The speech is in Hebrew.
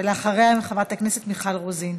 ואחריה, חברת הכנסת מיכל רוזין.